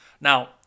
Now